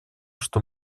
что